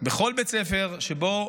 לכל בית ספר שבו